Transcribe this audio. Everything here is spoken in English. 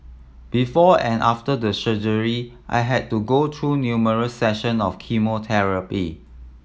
before and after the surgery I had to go through numerous session of chemotherapy